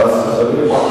חס וחלילה.